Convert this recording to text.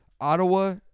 Ottawa